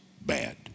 bad